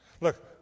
Look